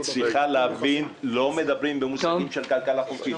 צריכה להבין: לא מדברים במושגים של כלכלה חופשית.